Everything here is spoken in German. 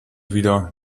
wieder